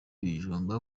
bijumba